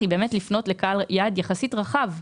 היא לפנות לקהל יעד יחסית רחב.